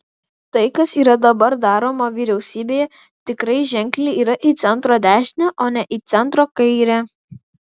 tai kas yra dabar daroma vyriausybėje tikrai ženkliai yra į centro dešinę o ne į centro kairę